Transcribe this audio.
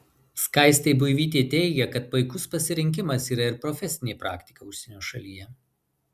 skaistė buivytė teigia kad puikus pasirinkimas yra ir profesinė praktika užsienio šalyje